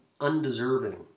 undeserving